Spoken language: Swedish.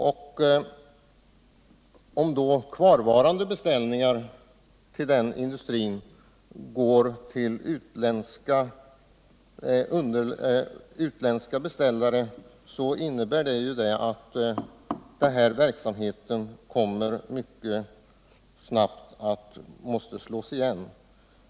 Om då kvarvarande beställningar går till utländska tillverkare, innebär det att verksamheten mycket snabbt måste slås igen.